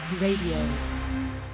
Radio